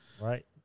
right